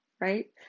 Right